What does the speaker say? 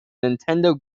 nintendo